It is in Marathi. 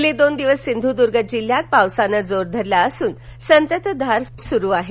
गेले दोन दिवस सिंधुद्ग जिल्ह्यात पावसाने जोर धरला असून संततधार सुरु आहे